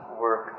work